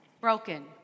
broken